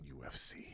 UFC